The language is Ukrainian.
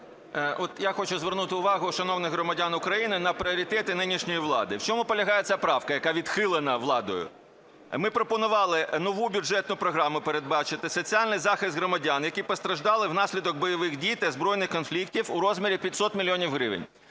я хочу звернути увагу шановних громадян України на пріоритети нинішньої влади, в чому полягає ця правка, яка відхилена владою. Ми пропонували нову бюджетну програму передбачити, соціальний захист громадян, які постраждали внаслідок бойових дій та збройних конфліктів у розмірі 500 мільйонів